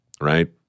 Right